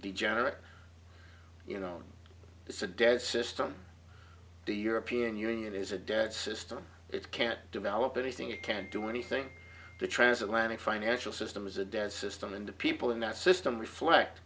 degenerate you know it's a dead system the european union is a dead system it can't develop anything it can't do anything the transatlantic financial system is a dead system and the people in that system reflect